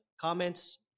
comments